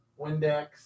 Windex